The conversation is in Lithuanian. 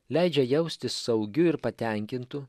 leidžia jaustis saugiu ir patenkintu